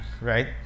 right